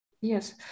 Yes